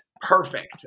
perfect